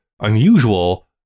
Unusual